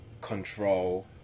control